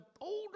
older